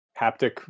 haptic